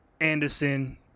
Anderson